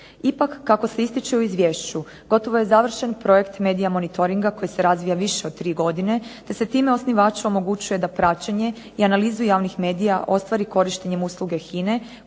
Ipak kako se ističe u izvješću gotovo je završen Medija monitoringa koji se razvija više od tri godine, te se time osnivač omogućuje da praćenje i analizu javnih medija ostvari korištenjem usluge HINA-e